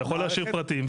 אתה יכול להשאיר פרטים,